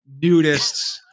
nudists